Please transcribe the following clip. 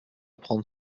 prendre